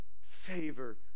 favor